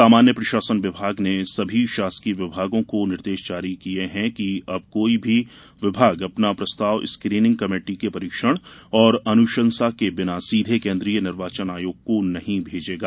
सामान्य प्रशासन विभाग ने सभी शासकीय विभागों को निर्देश जारी किये हैं कि अब कोई भी विभाग अपना प्रस्ताव स्क्रीनिंग कमेटी के परीक्षण और अनुशंसा के बिना सीधे केन्द्रीय निर्वाचन आयोग को नही भेजेगा